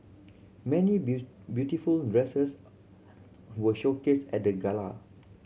many beautiful dresses were showcased at the gala